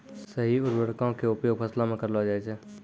सही उर्वरको क उपयोग फसलो म करलो जाय छै